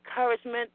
encouragement